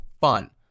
fun